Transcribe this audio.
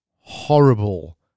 horrible